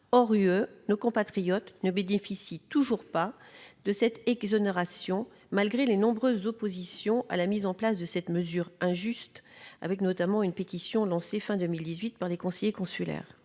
européenne, nos compatriotes ne bénéficient toujours pas de cette exonération malgré les nombreuses oppositions à la mise en place de cette mesure injuste. Je pense, notamment, à une pétition lancée à la fin de 2018 par les conseillers consulaires.